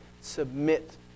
submit